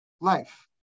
life